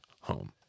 home